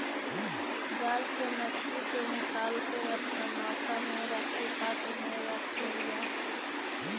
जाल से मछली के निकालके अपना नौका में रखल पात्र में रख लेल जा हई